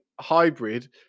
hybrid